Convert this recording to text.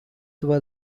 were